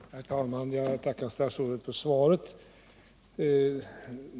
Herr talman! Jag tackar industriminister Åsling för svaret.